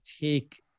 take